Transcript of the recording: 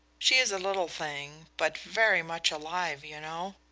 she is a little thing, but very much alive, you know.